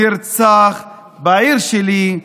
נרצח בעיר שלי,